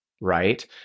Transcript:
Right